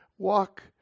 Walk